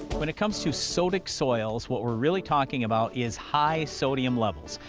when it comes to sodic soils, what we're really talking about is high sodium levels.